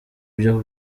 byo